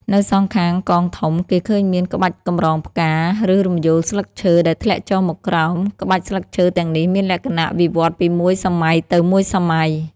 នៅសងខាងកងធំ គេឃើញមាន ក្បាច់កម្រងផ្កា ឬរំយោលស្លឹកឈើ ដែលធ្លាក់ចុះមកក្រោម ក្បាច់ស្លឹកឈើទាំងនេះមានលក្ខណៈវិវត្តន៍ពីមួយសម័យទៅមួយសម័យ។